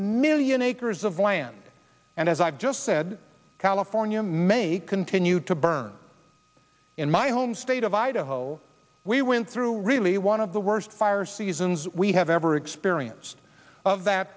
million acres of land and as i've just said california may continue to burn in my home state of idaho we went through really one of the worst fire seasons we have ever experienced of that